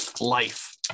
life